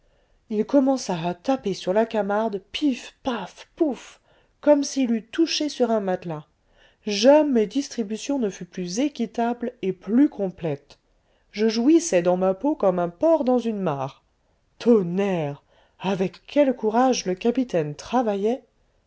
il commença à taper sur la camarde pif paf pouf comme s'il eût touché sur un matelas jamais distribution ne fut plus équitable et plus complète je jouissais dans ma peau comme un porc dans une mare tonnerre avec quel courage le capitaine travaillait